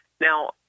Now